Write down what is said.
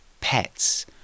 pets